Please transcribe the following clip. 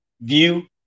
view